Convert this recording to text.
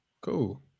Cool